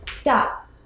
Stop